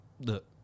Look